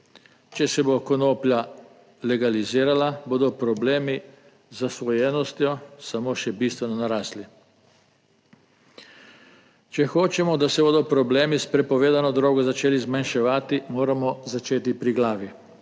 Če se bo konoplja legalizirala, bodo problemi z zasvojenostjo samo še bistveno narasli. Če hočemo, da se bodo problemi s prepovedano drogo začeli zmanjševati, moramo začeti pri glavi.